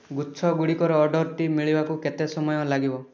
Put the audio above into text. ଗୁଚ୍ଛ ଗୁଡ଼ିକର ଅର୍ଡ଼ର୍ଟି ମିଳିବାକୁ କେତେ ସମୟ ଲାଗିବ